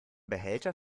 behälter